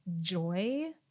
joy